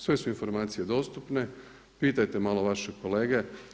Sve su informacije dostupne, pitajte malo vaše kolege.